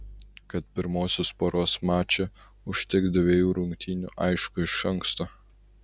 kad pirmosios poros mače užteks dvejų rungtynių aišku iš anksto